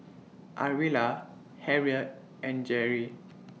Arvilla Harriette and Jerrie